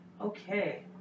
Okay